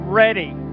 ready